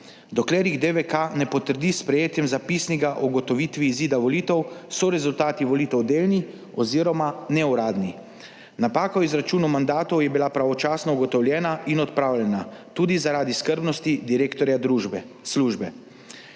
dokler jih DVK ne potrdi s sprejetjem zapisnika o ugotovitvi izida volitev so rezultati volitev delni oziroma neuradni. Napaka v izračunu mandatov je bila pravočasno ugotovljena in odpravljena tudi, zaradi skrbnosti direktorja službe.